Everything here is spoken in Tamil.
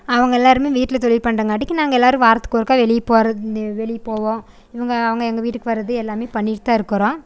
அவங்க எல்லோருமே வீட்டில் தொழில் பண்ணுறங்காட்டிக்கு நாங்கள் எல்லோரும் வாரத்துக்கு ஒருக்கால் வெளியே போவது வெளியே போவோம் இவங்க அவங்க எங்கள் வீட்டுக்கு வர்றது எல்லாமே பண்ணிகிட்டு தான் இருக்கிறோம்